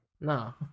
No